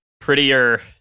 prettier